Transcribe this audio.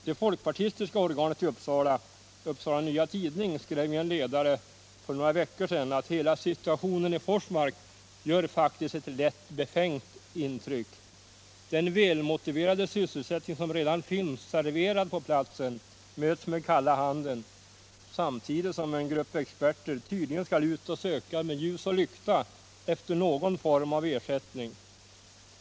Det folkpartistiska organet i Uppsala, Upsala Nya Tidning, skrev i en ledare för några veckor sedan att ”hela situationen i Forsmark gör faktiskt ett lätt befängt intryck. Den välmotiverade sysselsättning som redan finns serverad på platsen möts med kalla handen, samtidigt som en grupp experter tydligen skall ut och söka med ljus och lykta efter någon form av ersättning.